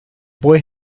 boy